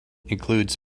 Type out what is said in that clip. includes